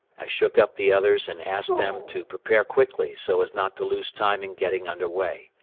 i shook up the others and asked them to prepare quickly so as not to lose time in getting under way.